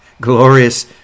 glorious